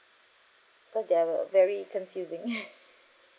cause they were very confusing